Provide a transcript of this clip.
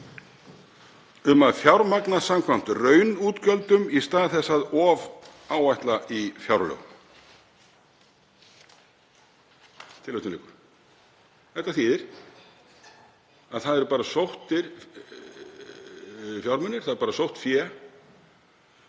um að fjármagna samkvæmt raunútgjöldum í stað þess að ofáætla í fjárlögum …“ Þetta þýðir að það eru bara sóttir fjármunir, sótt fé